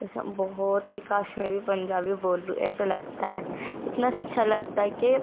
ایسا بہت ہی کاش میں بھی پنجابی بول ایسا لگتا ہے اتنا اچھا لگتا ہے کہ